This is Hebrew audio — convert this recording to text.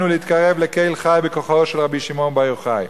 ולהתקרב לקל חי בכוחו של רבי שמעון בר יוחאי.